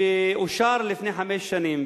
שאושר לפני חמש שנים,